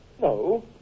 No